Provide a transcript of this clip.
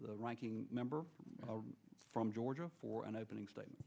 the ranking member from georgia for an opening statement